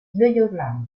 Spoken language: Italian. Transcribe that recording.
sveglia